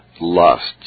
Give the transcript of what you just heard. lusts